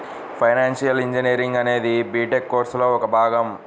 financial engineering అనేది BTech కోర్సులో ఒక భాగం